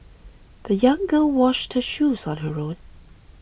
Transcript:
the young girl washed her shoes on her own